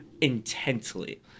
intensely